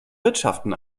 wirtschaften